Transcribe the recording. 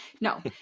no